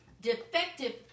Defective